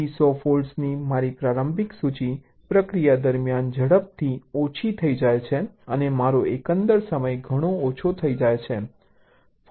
તેથી 100 ફોલ્ટ્સની મારી પ્રારંભિક સૂચિ પ્રક્રિયા દરમિયાન ઝડપથી ઓછી થઈ જાય છે અને મારો એકંદર સમય ઘણો ઓછો થઈ જાય છે